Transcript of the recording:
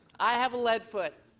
i have a led foot.